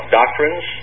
doctrines